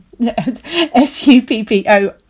s-u-p-p-o